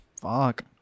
Fuck